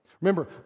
Remember